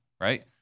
right